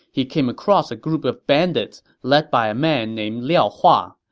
he came across a group of bandits led by a man named liao hua,